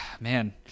man